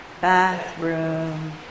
bathroom